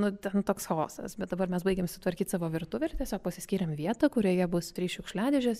nu ten toks chaosas bet dabar mes baigėm sutvarkyt savo virtuvę ir tiesiog pasiskyrėm vietą kurioje bus trys šiukšliadėžės